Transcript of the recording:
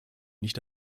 nicht